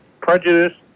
prejudice